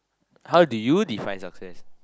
how did you define success